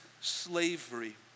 slavery